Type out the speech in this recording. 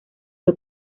fue